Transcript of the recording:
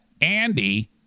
Andy